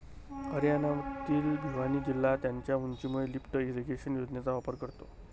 हरियाणातील भिवानी जिल्हा त्याच्या उंचीमुळे लिफ्ट इरिगेशन योजनेचा वापर करतो